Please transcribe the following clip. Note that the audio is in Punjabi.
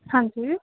ਹਾਂਜੀ